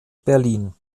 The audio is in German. berlin